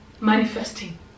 manifesting